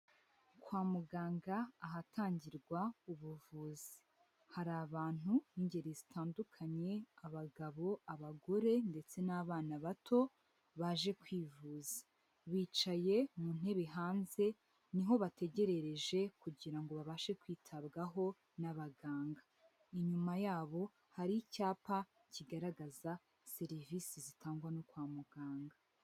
Kwa muganga ahatangirwa ubuvuzi, hari abantu b'ingeri zitandukanye abagabo, abagore ndetse n'abana bato baje kwivuza. Bicaye mu ntebe hanze ni ho bategerereje kugira ngo babashe kwitabwaho n'abaganga. Inyuma yabo hari icyapa kigaragaza serivisi zitangwa no kwa muganga.